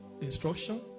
instruction